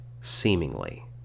Seemingly